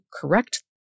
correct